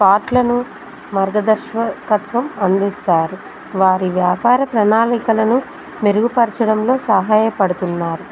స్పాట్లను మార్గదర్శ్వకత్వం అందిస్తారు వారి వ్యాపార ప్రణాళికలను మెరుగుపరచడంలో సహాయపడుతున్నారు